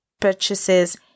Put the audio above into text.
purchases